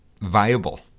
viable